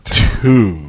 two